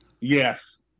Yes